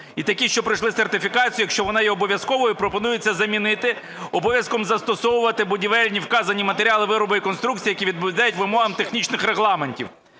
і такі, що пройшли сертифікацію, якщо вона є обов'язковою, пропонується замінити обов'язком застосовувати будівельні вказані матеріали, вироби і конструкції, які відповідають вимогам технічних регламентів.